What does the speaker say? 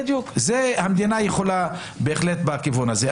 המדינה יכולה בהחלט ללכת בכיוון הזה.